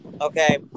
okay